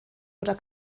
oder